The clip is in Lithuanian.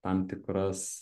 tam tikras